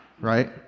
right